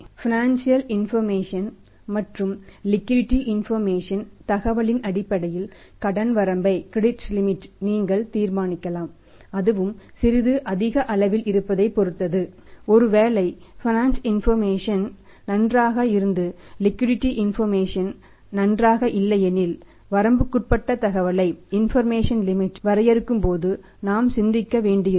பிறகு finance information நன்றாக இல்லையெனில் வரம்புக்குட்பட்ட தகவலை வரையறுக்கும்போது நாம் சிந்திக்க வேண்டியிருக்கும்